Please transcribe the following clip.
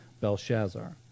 Belshazzar